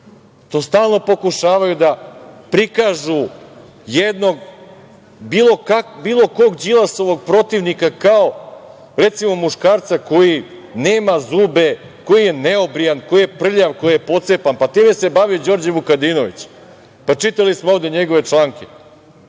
To stalno pokušavaju da prikažu jednog, bilo kog Đilasovog protivnika, kao, recimo, muškarca koji nema zube, koji je neobrijan, koji je prljav, koji je pocepan, pa time se bavi Đorđe Vukadinović. Čitali smo ovde njegove članke,